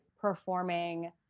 performing